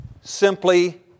simply